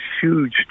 huge